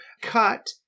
Cut